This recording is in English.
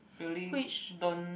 really don't